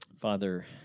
Father